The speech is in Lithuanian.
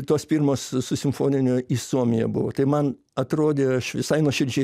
tos pirmos su simfoniniu į suomiją buvo tai man atrodė aš visai nuoširdžiai